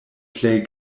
plej